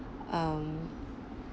um